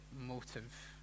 motive